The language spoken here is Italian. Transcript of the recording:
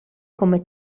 come